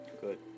good